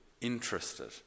interested